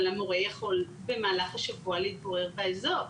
אבל המורה יכול במהלך השבוע להתגורר באזור,